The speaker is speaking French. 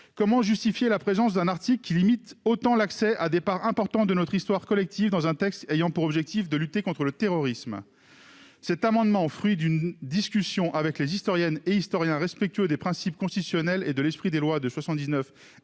effet, justifier la présence d'un article qui limite autant l'accès à des pans importants de notre histoire collective, dans un texte ayant pour objectif de lutter contre le terrorisme ? Cet amendement est le fruit d'une discussion avec des historiens non seulement respectueux des principes constitutionnels et de l'esprit des lois de 1979